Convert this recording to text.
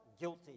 guilty